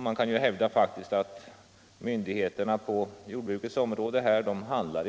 Man kan faktiskt hävda att myndigheterna på jordbrukets område i dag handlar